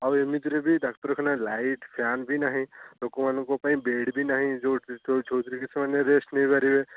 ଆଉ ଏମିତିରେ ଡାକ୍ତରଖାନାରେ ଲାଇଟ୍ ଫ୍ୟାନ୍ ବି ନାହିଁ ଲୋକମାନଙ୍କ ପାଇଁ ବେଡ଼୍ ବି ନାହିଁ ଯେଉଁଠି ସେମାନେ ରେଷ୍ଟ୍ ନେଇ ପାରିବେ